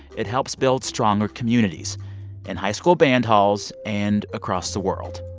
it helps build stronger communities in high school band halls and across the world.